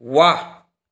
ವಾಹ್